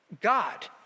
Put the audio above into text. God